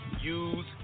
use